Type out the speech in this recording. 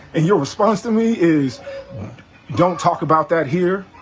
and your response to me is don't talk about that here.